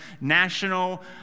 National